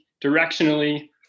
directionally